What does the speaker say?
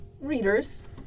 readers